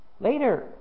Later